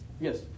Yes